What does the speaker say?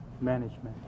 management